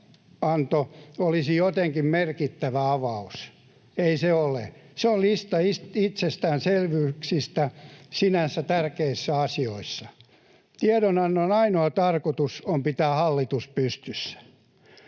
olisi jotenkin merkittävä avaus. Ei se ole. Se on lista itsestäänselvyyksistä sinänsä tärkeissä asioissa. Tiedonannon ainoa tarkoitus on pitää hallitus pystyssä.